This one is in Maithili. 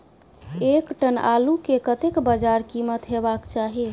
एक टन आलु केँ कतेक बजार कीमत हेबाक चाहि?